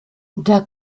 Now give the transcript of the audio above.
der